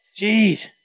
Jeez